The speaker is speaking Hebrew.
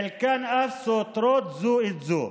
חלקן אף סותרות זו את זו,